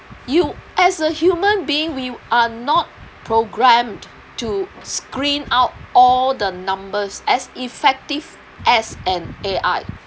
you as a human being we are not programmed to screen out all the numbers as effective as an A_I